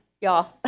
y'all